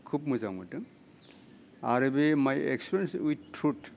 खोब मोजां मोन्दों आरो बे माइ एक्सपिरियेन्स उइथ ट्रुथ